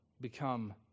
become